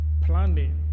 planning